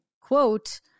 quote